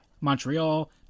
Montreal